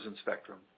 spectrum